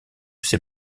ces